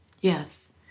Yes